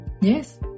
Yes